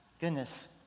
goodness